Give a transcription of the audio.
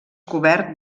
cobert